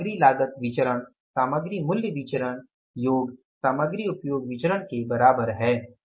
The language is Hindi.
तो सामग्री लागत विचरण सामग्री मूल्य विचरण सामग्री उपयोग विचरण के बराबर है